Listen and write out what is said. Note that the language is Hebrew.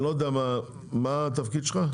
אני לא יודע מה התפקיד שלך.